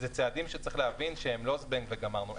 זה צעדים שצריך להבין שהם לא זבנג וגמרנו.